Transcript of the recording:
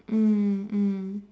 mm mm